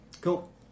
Cool